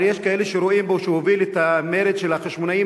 אבל יש כאלה שרואים בו מי שהוביל את המרד של החשמונאים